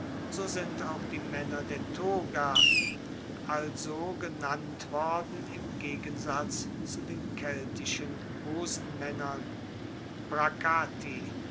so sind auch die maenner der toga also genannt worden im gegensatz zu den keltischen